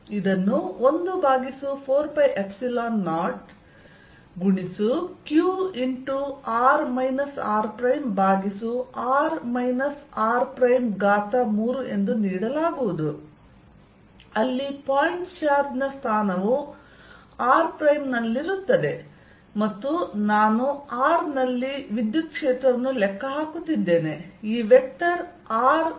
ಇದನ್ನು 14π0 q r r prime ಭಾಗಿಸು r r prime ಘಾತ 3 ಎಂದು ನೀಡಲಾಗುವುದು ಅಲ್ಲಿ ಪಾಯಿಂಟ್ ಚಾರ್ಜ್ ನ ಸ್ಥಾನವು r ಪ್ರೈಮ್ ನಲ್ಲಿರುತ್ತದೆ ಮತ್ತು ನಾನು r ನಲ್ಲಿ ವಿದ್ಯುತ್ ಕ್ಷೇತ್ರವನ್ನು ಲೆಕ್ಕ ಹಾಕುತ್ತಿದ್ದೇನೆ ಈ ವೆಕ್ಟರ್ r - r' ಆಗಿದೆ